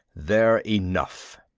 they're enough!